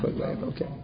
okay